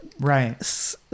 right